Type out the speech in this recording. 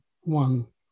one